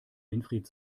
winfried